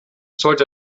sollte